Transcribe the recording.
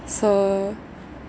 so